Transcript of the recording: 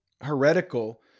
heretical